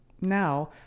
Now